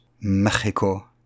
Mexico